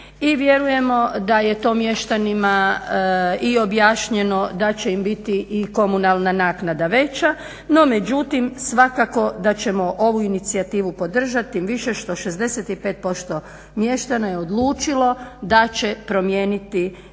vjerujemo da je to mještanima i objašnjeno da će im biti i komunalna naknada veća. No međutim svakako da ćemo ovu inicijativu podržati tim više što 65% mještana je odlučilo da će promijeniti status